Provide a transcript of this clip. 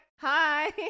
hi